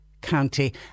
County